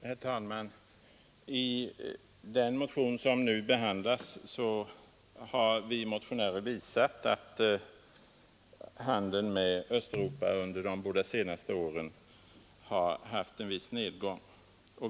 Herr talman! I den motion som nu behandlas har vi motionärer visat att handeln med Östeuropa under de båda senaste åren haft en viss nedgång.